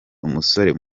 umusore